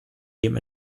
dem